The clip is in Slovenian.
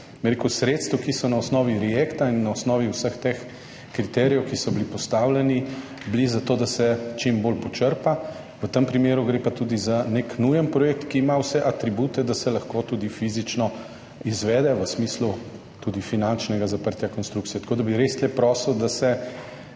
teh sredstev, ki so na osnovi REACT in na osnovi vseh teh kriterijev, ki so bili postavljeni, bili za to, da se čim bolj počrpa. V tem primeru gre pa tudi za nek nujen projekt, ki ima vse atribute, da se lahko tudi fizično izvede, tudi v smislu finančnega zaprtja konstrukcije. Res bi prosil, da se